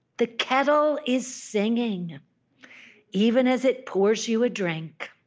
the kettle is singing even as it pours you a drink,